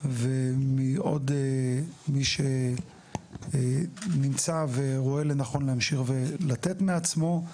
ומעוד מי שנמצא ורואה לנכון להמשיך ולתת מעצמו,